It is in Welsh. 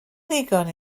ddigon